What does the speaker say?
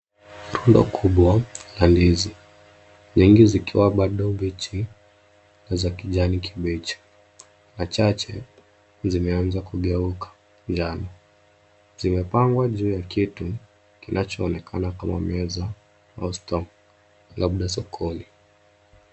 Rundo kubwa la ndizi, nyingi zikiwa bado mbichi na za kijani kibichi na chache zimeanza kugeuka njano. Zimepangwa juu ya kitu kinachoonekana kama meza au store labda sokoni.